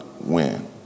win